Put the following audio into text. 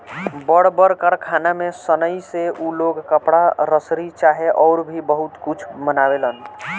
बड़ बड़ कारखाना में सनइ से उ लोग कपड़ा, रसरी चाहे अउर भी बहुते कुछ बनावेलन